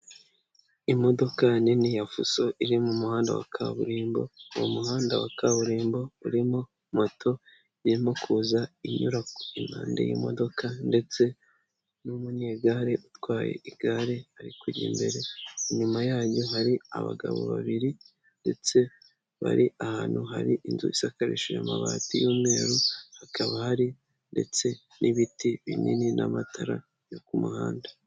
Imodoka nini yafuso iri mu muhanda wa kaburimbo, uwo muhanda wa kaburimbo urimo moto irimo kuza inyura impande y'imodoka ndetse n'umunyegare utwaye igare ari kujya imbere, inyuma yanyu hari abagabo babiri ndetse bari ahantu hari inzu isakarishijeje amabati y'umweru hakaba hari ndetse n'ibiti binini n'amatara yo ku muhanda.